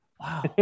Wow